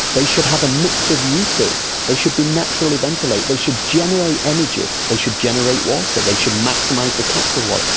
they should have a mix of uses, they should be naturally ventilated, they should generate energy, they should generate water, they should maximise the capture of water.